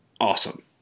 awesome